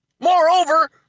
Moreover